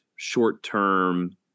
short-term